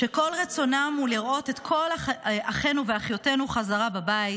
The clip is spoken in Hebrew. שכל רצונם הוא לראות את כל אחינו ואחיותינו בחזרה בבית,